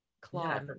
claw